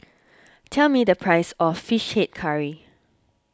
tell me the price of Fish Head Curry